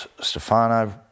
Stefano